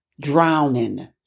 drowning